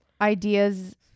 ideas